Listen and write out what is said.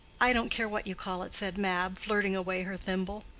i don't care what you call it, said mab, flirting away her thimble.